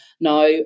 now